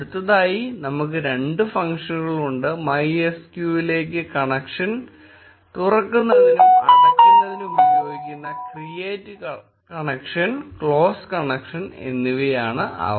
അടുത്തതായി നമുക്ക് രണ്ട് ഫങ്ക്ഷനുകൾ ഉണ്ട് MySQL ലേക്ക് കണക്ഷൻ തുറക്കുന്നതിനും അടയ്ക്കുന്ന തിനും ഉപയോഗിക്കുന്ന ക്രീയേറ്റ് കണക്ഷൻ ക്ലോസ് കണക്ഷൻ എന്നിവയാണവ